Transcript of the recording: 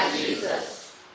Jesus